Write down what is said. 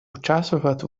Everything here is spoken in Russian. участвовать